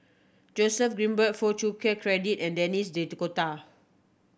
Joseph Grimberg Foo Chee Keng Cedric and Denis D'Cotta